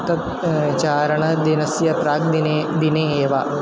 तत् चारणदिनस्य प्राक् दिने दिने एव